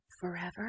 forever